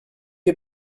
you